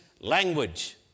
language